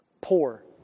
poor